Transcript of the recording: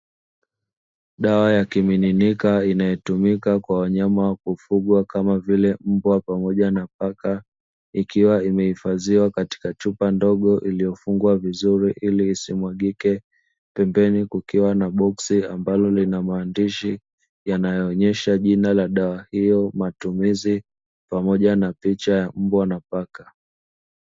Dawa ya kimiminika inayotumika kwa wanyama kufugwa kama vile mbwa pamoja na paka ikiwa imehifadhiwa katika chupa ndogo iliyofungwa vizuri ili isimwagike, pembeni kukiwa na boksi ambalo lina maandishi yanayoonyesha jina la dawa hiyo, matumizi pamoja na picha ya mbwa na paka.